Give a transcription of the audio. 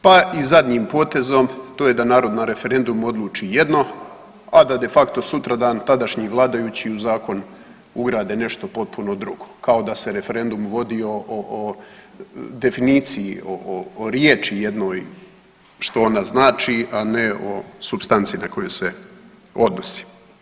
Pa i zadnjim potezima, a to je da narod da na referendumu odluči jedno a da de facto sutradan tadašnji vladajući u zakon ugrade nešto potpuno drugo, kao da se referendum vodio o definiciji ili o riječi jednoj što ona znači a ne o supstanci na kojoj se odnosi.